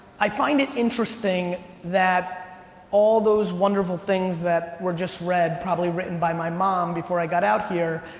i find it interesting that all those wonderful things that were just read, probably written by my mom before i got out here,